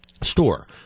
store